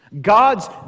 God's